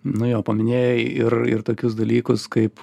nu jo paminėjai ir ir tokius dalykus kaip